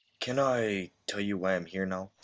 can i tell you why i'm here now?